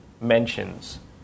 mentions